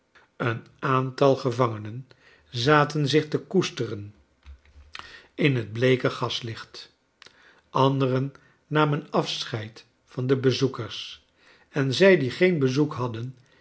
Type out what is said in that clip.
een aantal gcvangenen zaten zich te koesteren in het bleeke gaslicht anderen namen afscheid van de bezoekers en zij die geen bezoek hadden